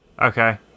Okay